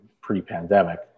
pre-pandemic